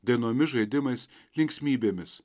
dainomis žaidimais linksmybėmis